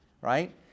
right